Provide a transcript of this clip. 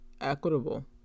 equitable